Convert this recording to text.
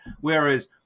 Whereas